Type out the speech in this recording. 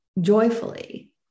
joyfully